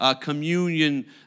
communion